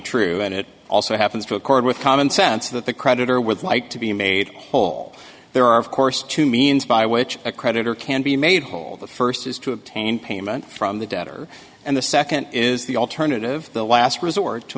true and it also happens to accord with common sense that the creditor would like to be made whole there are of course two means by which a creditor can be made whole the first is to obtain payment from the debtor and the second is the alternative the last resort to